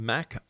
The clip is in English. Mac